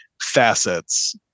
facets